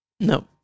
No